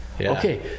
okay